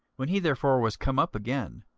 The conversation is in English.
when he therefore was come up again,